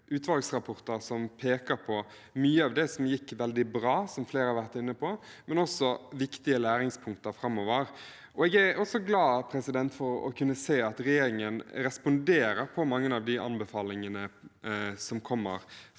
utvalgsrapporter, som peker på mye av det som gikk veldig bra, som flere har vært inne på, men også på viktige læringspunkter framover. Jeg er glad for å se at regjeringen responderer på mange av de anbefalingene som kommer fra